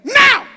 now